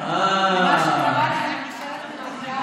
לא תהיה.